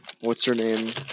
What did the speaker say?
what's-her-name